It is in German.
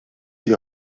die